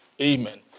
Amen